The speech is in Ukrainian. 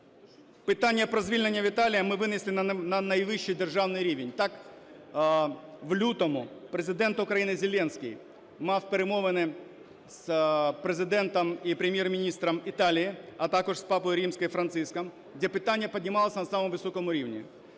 Питання про звільнення Віталія ми винесли на найвищий державний рівень. Так, в лютому Президент України Зеленський мав перемовини з Президентом і Прем'єр-міністром Італії, а також з Папою Римським Франциском, де питання піднімалося на самому високому рівні.